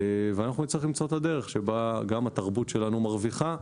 אנחנו נצטרך למצוא את הדרך שבה גם התרבות שלנו מרוויחה,